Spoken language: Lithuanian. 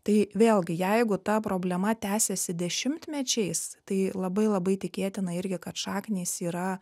tai vėlgi jeigu ta problema tęsiasi dešimtmečiais tai labai labai tikėtina irgi kad šaknys yra